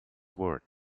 word